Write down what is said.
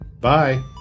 Bye